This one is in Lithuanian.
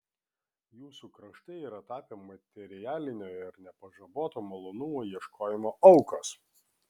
jūsų kraštai yra tapę materialinio ir nepažaboto malonumų ieškojimo aukos